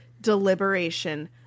deliberation